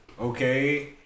okay